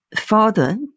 father